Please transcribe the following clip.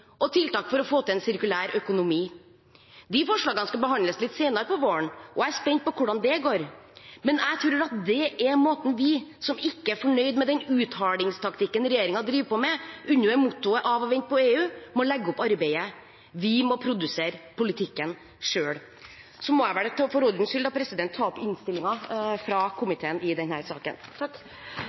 og tiltak for å få til en sirkulær økonomi. De forslagene skal behandles litt senere på våren, og jeg er spent på hvordan det går. Jeg tror at dette er måten vi, som ikke er fornøyd med den uthalingstaktikken regjeringen driver på med under mottoet «vente på EU», må legge opp arbeidet. Vi må produsere politikken selv. Så må jeg for ordens skyld anbefale innstillingen fra komiteen i denne saken. Avtalen om nye målsettinger for å begrense den